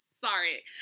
Sorry